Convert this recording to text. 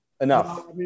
enough